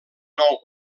nou